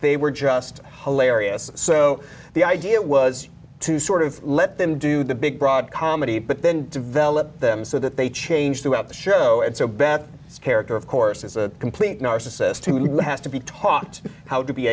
they were just hilarious so the idea was to sort of let them do the big broad comedy but then develop them so that they change throughout the show and so bad character of course is a complete narcissist who has to be taught how to be